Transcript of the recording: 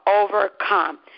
overcome